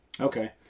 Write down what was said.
Okay